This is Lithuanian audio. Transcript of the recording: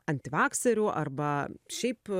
antivakserių arba šiaip